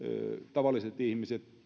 tavalliset ihmiset